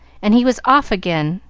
and he was off again,